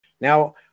Now